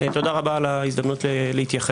תודה רבה על ההזדמנות להתייחס.